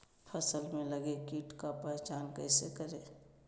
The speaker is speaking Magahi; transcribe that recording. फ़सल में लगे किट का पहचान कैसे करे?